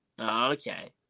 Okay